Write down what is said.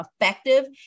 effective